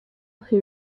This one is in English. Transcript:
who